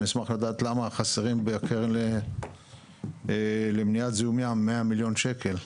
אבל אני אשמח לדעת למה חסרים בקרן למניעת זיהום ים 100 מיליון שקלים.